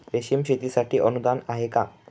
रेशीम शेतीसाठी अनुदान आहे का?